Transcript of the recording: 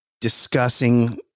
discussing